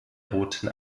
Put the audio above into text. roten